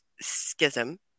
schism